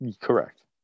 Correct